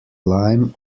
lyme